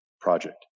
project